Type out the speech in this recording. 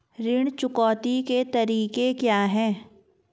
ऋण चुकौती के तरीके क्या हैं?